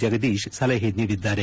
ಜಗದೀಶ್ ಸಲಹೆ ನೀಡಿದ್ದಾರೆ